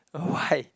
why